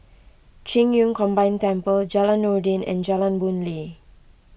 Qing Yun Combined Temple Jalan Noordin and Jalan Boon Lay